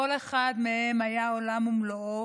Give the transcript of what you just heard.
כל אחד מהם היה עולם ומלואו